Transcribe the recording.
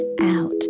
out